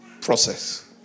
process